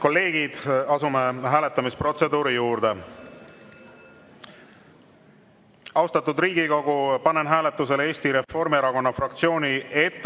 kolleegid, asume hääletamisprotseduuri juurde. Austatud Riigikogu, panen hääletusele Eesti Reformierakonna fraktsiooni